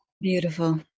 Beautiful